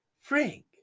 frank